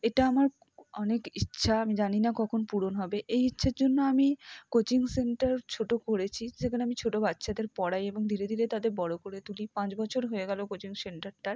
এটা আমার অনেক ইচ্ছা আমি জানি না কখন পূরণ হবে এই ইচ্ছের জন্য আমি কোচিং সেন্টার ছোট করেছি যেখানে আমি ছোট বাচ্চাদের পড়াই এবং ধীরে ধীরে তাদের বড় করে তুলি পাঁচ বছর হয়ে গেল কোচিং সেন্টারটার